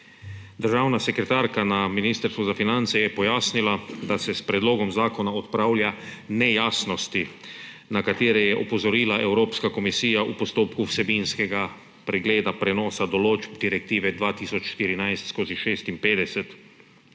Državna sekretarka na Ministrstvu za finance je pojasnila, da se s predlogom zakona odpravljajo nejasnosti, na katere je opozorila Evropska komisija v postopku vsebinskega pregleda prenosa določb Direktive 2014/56.